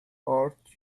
hurt